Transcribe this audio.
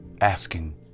asking